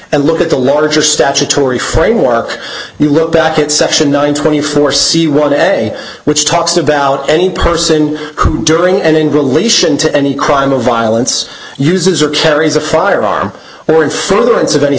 and look at the larger statutory framework you look back at section nine twenty four see what day which talks about any person who during and in relation to any crime of violence uses or carries a firearm or in further